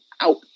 out